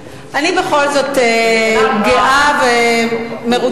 אני בכל זאת גאה ומרוצה.